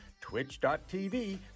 twitch.tv